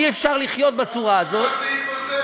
אי-אפשר לחיות בצורה הזאת,